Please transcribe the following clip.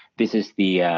this is the